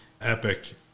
Epic